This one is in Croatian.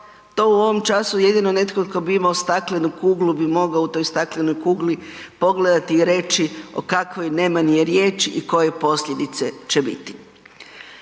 To u ovom času jedino netko tko bi imao staklenu kuglu bi mogao u toj staklenoj kugli pogledati i reći o kakvoj nemani je riječ i koje posljedice će biti.